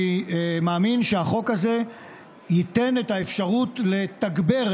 אני מאמין שהחוק הזה ייתן את האפשרות לתגבר,